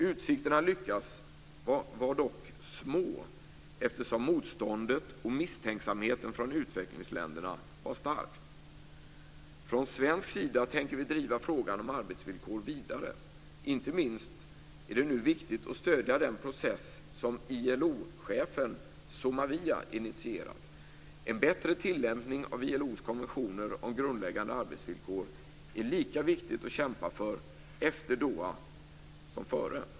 Utsikterna att lyckas var dock små eftersom motståndet och misstänksamheten från utvecklingsländerna var starkt. Från svensk sida tänker vi driva frågan om arbetsvillkor vidare. Inte minst är det nu viktigt att stödja den process som ILO-chefen Somavia har initierat. En bättre tillämpning av ILO:s konventioner om grundläggande arbetsvillkor är lika viktigt att kämpa för efter Doha som före.